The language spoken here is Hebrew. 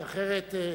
כי אחרת,